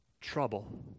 Trouble